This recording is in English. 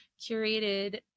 curated